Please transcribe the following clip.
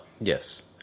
yes